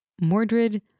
Mordred